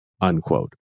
unquote